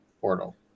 portal